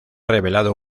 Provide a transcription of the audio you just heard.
revelado